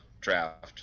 draft